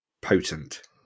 potent